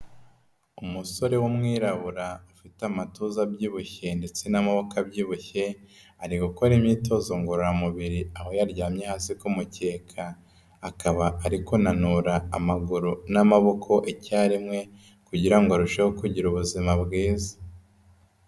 Umusore w'umwirabura ufite amatuza abyibushye ndetse n'amaboko abyibushye, ari gukora imyitozo ngororamubiri aho yaryamye hasi ku mukeka. Akaba ari kunanura amaguru n'amaboko icyarimwe kugira ngo arusheho kugira ubuzima bwiza.